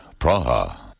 Praha